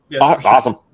Awesome